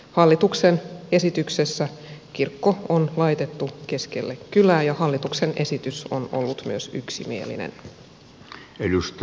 hallituksen esityksessä kirkko on laitettu keskelle kylää ja hallituksen esitys on ollut myös yksimielinen